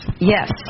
Yes